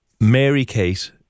Mary-Kate